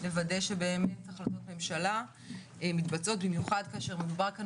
לוודא שבאמת החלטות ממשלה מתבצעות במיוחד כאשר מדובר כאן